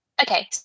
Okay